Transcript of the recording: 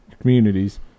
communities